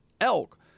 elk